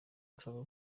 nshaka